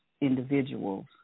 individuals